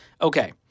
Okay